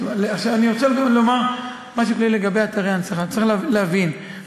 אני רוצה לומר משהו כללי לגבי אתרי הנצחה: צריך להבין,